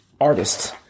artists